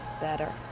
better